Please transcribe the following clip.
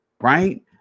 right